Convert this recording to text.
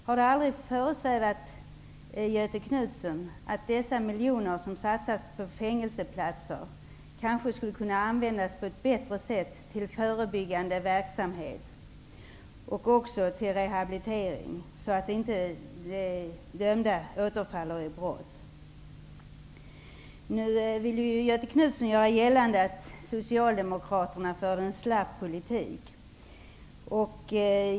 Har det aldrig föresvävat Göthe Knutson att dessa miljoner som satsas på fängelseplatser kanske skulle kunna användas på ett bättre sätt till förebyggande verksamhet och till rehabilitering, så att de dömda inte återfaller i brott? Nu vill Göthe Knutson göra gällande att Socialdemokraterna för en slapp politik.